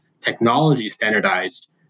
technology-standardized